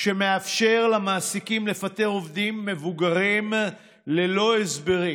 שמאפשר למעסיקים לפטר עובדים מבוגרים ללא הסברים.